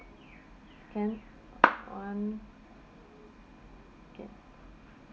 can one K